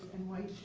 and white